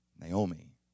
Naomi